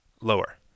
Lower